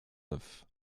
neuf